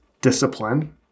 discipline